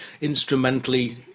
instrumentally